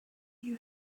you